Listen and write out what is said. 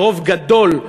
ברוב גדול,